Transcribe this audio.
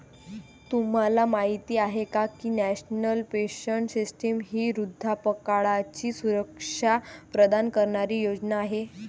तुम्हाला माहिती आहे का की नॅशनल पेन्शन सिस्टीम ही वृद्धापकाळाची सुरक्षा प्रदान करणारी योजना आहे